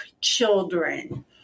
children